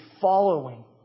following